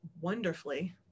wonderfully